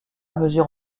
mesure